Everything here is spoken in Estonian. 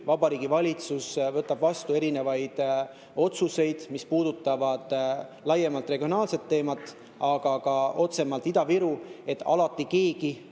Vabariigi Valitsus võtab vastu otsuseid, mis puudutavad laiemalt regionaalset teemat, aga ka otsesemalt Ida-Viru, siis alati keegi